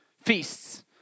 feasts